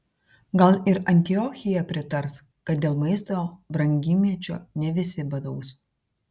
gal ir antiochija pritars kad dėl maisto brangymečio ne visi badaus